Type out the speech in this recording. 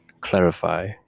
clarify